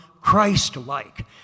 Christ-like